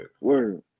Word